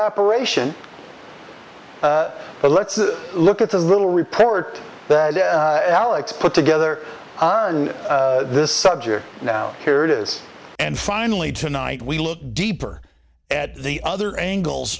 operation but let's look at the little report that alex put together on this subject now here it is and finally tonight we look deeper at the other angles